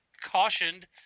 cautioned